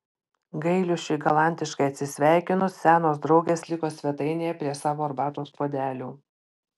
gailiušiui galantiškai atsisveikinus senos draugės liko svetainėje prie savo arbatos puodelių